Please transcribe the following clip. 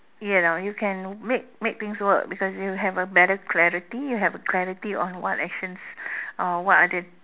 you know you can make make things work because you have a better clarity you have a clarity on what actions uh what are the